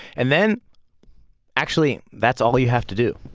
and then actually, that's all you have to do.